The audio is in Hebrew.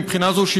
ומבחינה זו,